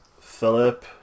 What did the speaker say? Philip